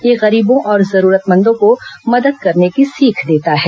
यह गरीबों और जरूरतमंदों को मदद करने की सीख देता है